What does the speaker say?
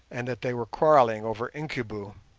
and that they were quarrelling over incubu.